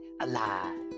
alive